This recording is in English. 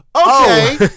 okay